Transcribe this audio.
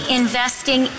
investing